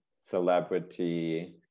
celebrity